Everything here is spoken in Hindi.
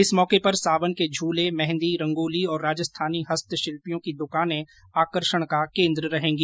इस मौके पर सावन के झूले मेहंदी रंगोली और राजस्थानी हस्तशिल्पियों की दुकानें आकर्षण का केन्द्र रहेंगी